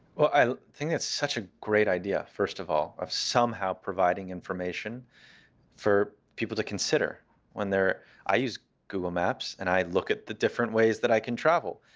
i think that's such a great idea, first of all, of somehow providing information for people to consider when they're i use google maps and i look at the different ways that i can travel.